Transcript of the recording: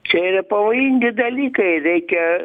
čia yra pavojingi dalykai reikia